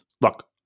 look